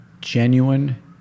Genuine